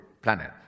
planet